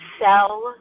sell